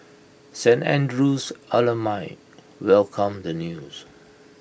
Saint Andrew's alumni welcomed the news